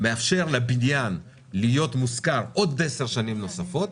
מאפשר לבניין להיות מושכר עוד 10 שנים נוספות,